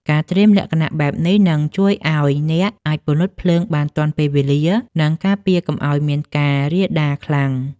ការត្រៀមលក្ខណៈបែបនេះ នឹងជួយឱ្យអ្នកអាចពន្លត់ភ្លើងបានទាន់ពេលវេលា និងការពារកុំឱ្យមានការរាលដាលខ្លាំង។